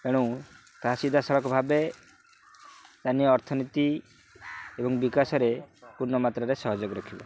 ଏଣୁ ତାହା ସିଧାସଳଖ ଭାବେ ସ୍ଥାନୀୟ ଅର୍ଥନୀତି ଏବଂ ବିକାଶରେ ପୂର୍ଣ୍ଣ ମାତ୍ରାରେ ସହଯୋଗ ରଖିବ